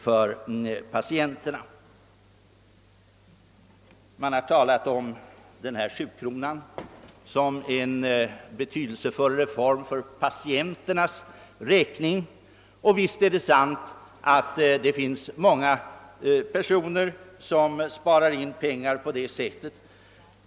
Vidare har det sagts att avgiften på 7 kronor är en betydelsefull sak för patienterna — och visst sparar många människor pengar på det sättet.